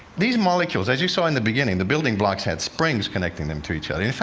these molecules, as you saw in the beginning, the building blocks had springs connecting them to each other. in fact,